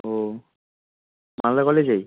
ও মালদা কলেজেই